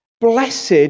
Blessed